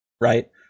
right